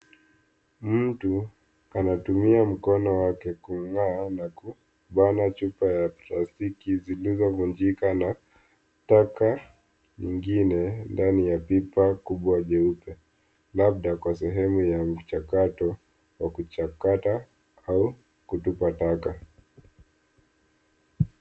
Mtu anatumia mkono wake kung'aa na kubana chupa ya plastiki zilizovunjika na taka nyingine ndani ya pipa kubwa jeupe labda kwa sehemu ya mchakato wa kuchakata au kutupa taka.